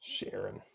Sharon